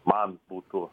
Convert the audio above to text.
man būtų